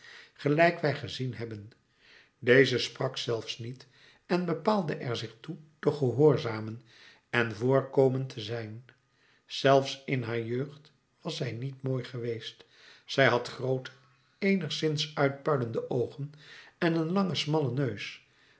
gelijk wij gezien hebben deze sprak zelfs niet en bepaalde er zich toe te gehoorzamen en voorkomend te zijn zelfs in haar jeugd was zij niet mooi geweest zij had groote eenigszins uitpuilende oogen en een langen smallen neus